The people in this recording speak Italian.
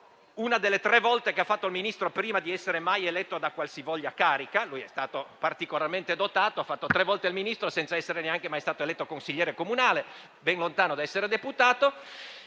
(una delle tre volte che lo è stato) prima di essere mai eletto a qualsivoglia carica: è stato particolarmente dotato, perché ha fatto tre volte il Ministro senza neanche essere mai stato eletto consigliere comunale, ben lontano dall'essere deputato.